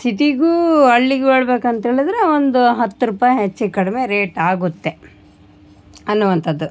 ಸಿಟಿಗೂ ಹಳ್ಳಿಗೂ ಹೇಳ್ಬೇಕಂತೇಳಿದರೆ ಒಂದು ಹತ್ತು ರೂಪಾಯಿ ಹೆಚ್ಚು ಕಡಿಮೆ ರೇಟ್ ಆಗುತ್ತೆ ಅನ್ನುವಂಥದ್ದು